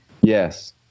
Yes